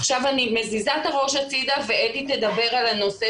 עכשיו אני מזיזה את הראש הצדה ואתי תדבר על הנושא